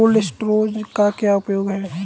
Cold storage का क्या उपयोग है?